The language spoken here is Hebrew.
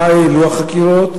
2. מה העלו החקירות?